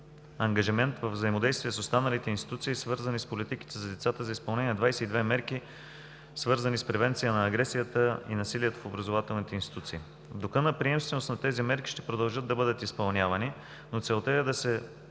ангажимент във взаимодействие с останалите институции, свързани с политиките за децата, за изпълнение на 22 мерки, свързани с превенция на агресията и насилието в образователните институции. В духа на приемственост тези мерки ще продължат да бъдат изпълнявани, но целта е да се